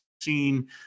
seen